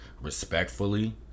respectfully